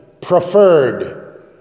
preferred